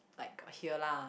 like got hear lah